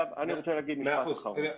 אני רוצה להגיד משפט אחרון.